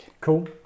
Cool